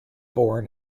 born